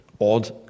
odd